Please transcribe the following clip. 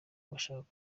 bashaka